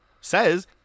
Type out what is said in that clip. says